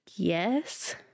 Yes